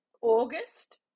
August